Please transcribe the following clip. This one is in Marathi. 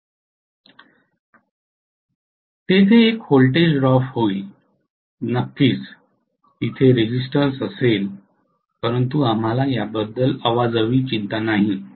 तेथे एक व्होल्टेज ड्रॉप होईल नक्कीच तिथे रेझिस्टन असेल परंतु आम्हाला याबद्दल अवाजवी चिंता नाही